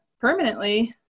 permanently